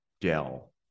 Dell